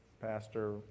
Pastor